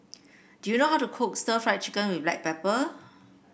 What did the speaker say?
do you know how to cook Stir Fried Chicken with Black Pepper